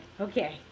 okay